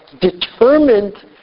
determined